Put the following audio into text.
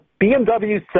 BMW